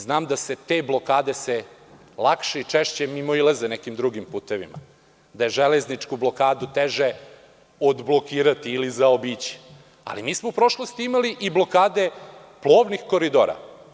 Znam da se te blokade lakše i češće mimoilaze nekim drugim putevima, da je železničku blokadu teže odblokirati ili zaobići, ali mi smo u prošlosti i mali i blokade plovnih koridora.